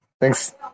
Thanks